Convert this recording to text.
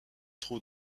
trouve